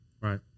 right